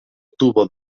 tubo